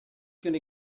gonna